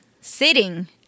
sitting